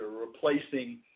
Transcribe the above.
replacing